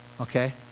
Okay